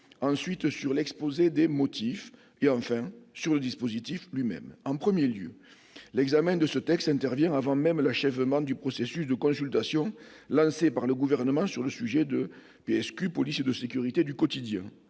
ensuite sur l'exposé des motifs, et, enfin, sur le dispositif lui-même. En premier lieu, l'examen de ce texte intervient avant même l'achèvement du processus de consultation lancé par le Gouvernement sur le projet de la PSQ. En octobre dernier,